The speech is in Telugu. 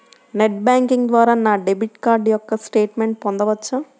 నెట్ బ్యాంకింగ్ ద్వారా నా డెబిట్ కార్డ్ యొక్క స్టేట్మెంట్ పొందవచ్చా?